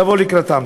לבוא לקראתם.